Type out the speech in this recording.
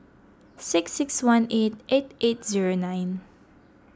six six one eight eight eight zero nine